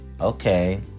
okay